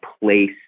place